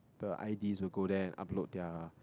the I_D will go there upload their